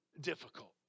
difficult